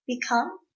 become